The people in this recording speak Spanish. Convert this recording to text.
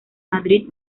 madrid